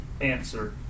answer